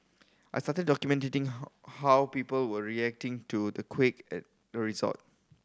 I started documenting how how people were reacting to the quake at the resort